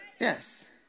Yes